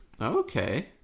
Okay